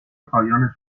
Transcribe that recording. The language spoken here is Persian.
پایان